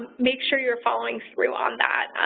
make sure you're following through on that.